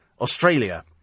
Australia